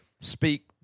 speak